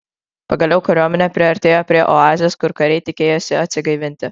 pagaliau kariuomenė priartėjo prie oazės kur kariai tikėjosi atsigaivinti